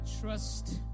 trust